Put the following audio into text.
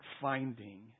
finding